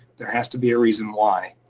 there has to be a reason why.